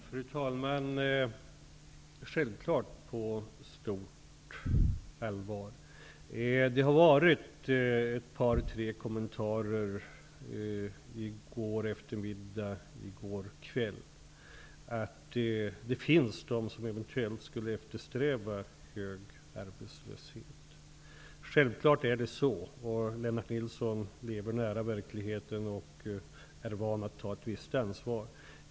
Fru talman! Självklart tas de på stort allvar. Det var ett par tre kommentarer i går eftermiddag och kväll att det finns de som eventuellt skulle eftersträva hög arbetslöshet. Lennart Nilsson lever nära verkligheten och är van att ta ett visst ansvar.